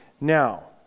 now